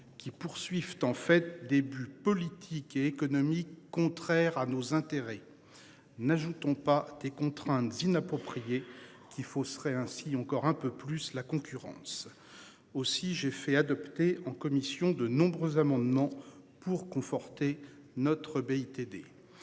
qui poursuivent en fait des politiques économiques contraires à nos intérêts. N'ajoutons pas des contraintes. Qui fausseraient ainsi encore un peu plus la concurrence aussi, j'ai fait adopter en commission de nombreux amendements pour conforter notre BITD,